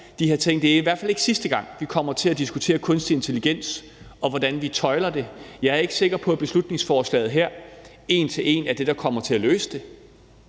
de her ting. Det er i hvert fald ikke sidste gang, vi kommer til at diskutere kunstig intelligens, og hvordan vi tøjler det. Jeg er ikke sikker på, at beslutningsforslaget her, en til en, er det, der kommer til at løse det,